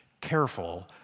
careful